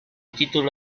título